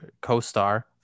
co-star